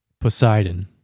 Poseidon